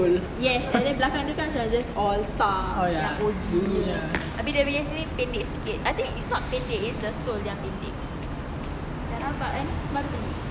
yes and belakang dia macam just all star like O_G abeh dia punya sini pendek sikit I think pendek is the sole yang pendek dah rabak kan baru beli